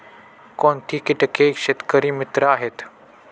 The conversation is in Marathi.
कोणती किटके शेतकरी मित्र आहेत?